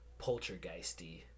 poltergeisty